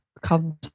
come